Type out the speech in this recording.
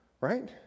Right